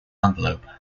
envelope